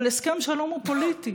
אבל הסכם שלום הוא פוליטי,